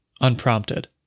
unprompted